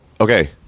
okay